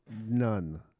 None